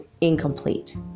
incomplete